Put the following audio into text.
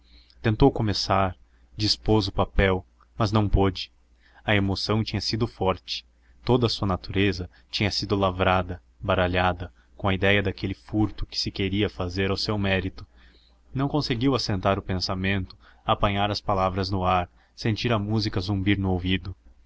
tentou começar dispôs o papel mas não pôde a emoção tinha sido forte toda a sua natureza tinha sido lavrada baralhada com a idéia daquele furto que se queria fazer ao seu mérito não conseguiu assentar o pensamento apanhar as palavras no ar sentir a música zumbir no ouvido